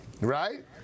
Right